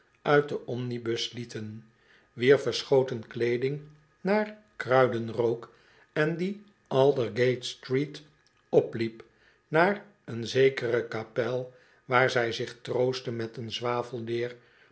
uit den omnibus lieten wier verschoten kleeding naar kruiden rook en die aldergate street opliep naar een zekere kapel waar zij zich troostte met een zwa